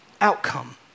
outcome